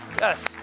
Yes